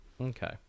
okay